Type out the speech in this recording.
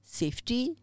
safety